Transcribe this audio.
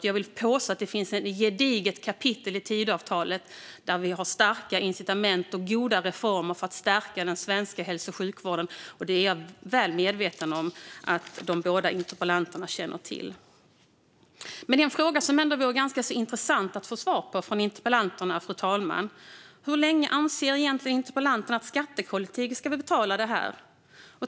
Jag vill påstå att det finns ett gediget kapitel i Tidöavtalet där det finns förslag på starka incitament och goda reformer för att stärka den svenska hälso och sjukvården. Jag är väl medveten om att de båda interpellanterna känner till detta. Men det finns en fråga som det vore intressant att få svar på från interpellanterna. Hur länge anser egentligen interpellanterna att skattekollektivet ska behöva betala?